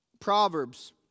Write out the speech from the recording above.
Proverbs